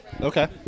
Okay